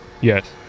Yes